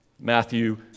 Matthew